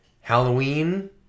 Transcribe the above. Halloween